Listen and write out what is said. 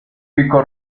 pico